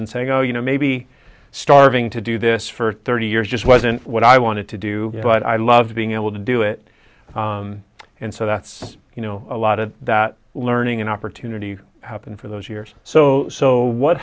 and saying oh you know maybe starting to do this for thirty years just wasn't what i wanted to do but i love being able to do it and so that's you know a lot of that learning and opportunity happen for those years so so what